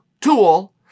tool